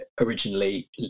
originally